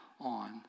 on